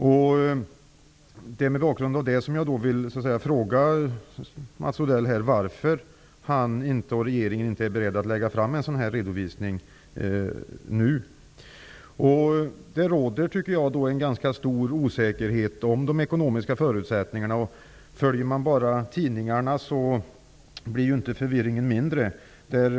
Mot den bakgrunden vill jag fråga Mats Odell varför han, och regeringen, inte är beredd att lägga fram en sådan redovisning nu. Det råder en ganska stor osäkerhet om de ekonomiska förutsättningarna. Om man följer vad som står i tidningarna blir förvirringen inte mindre.